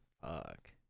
fuck